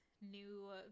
new